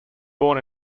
born